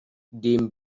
dem